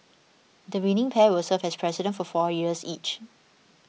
the winning pair will serve as President for four years each